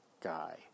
guy